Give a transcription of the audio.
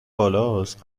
بالاست